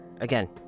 Again